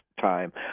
time